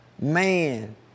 man